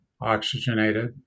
oxygenated